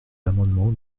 l’amendement